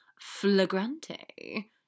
flagrante